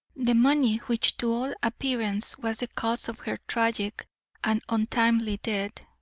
the money, which to all appearance was the cause of her tragic and untimely death,